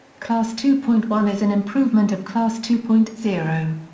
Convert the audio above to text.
class two point one is an improvement of class two point zero.